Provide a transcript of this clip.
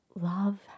love